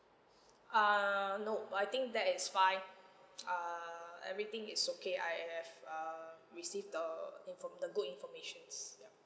err nope I think that is fine err everything is okay I have err received the infor~ the good informations yup